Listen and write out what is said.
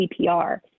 CPR